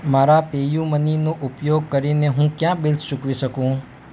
મારા પેયુમનીનો ઉપયોગ કરીને હું કયા બિલ્સ ચૂકવી શકું